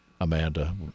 Amanda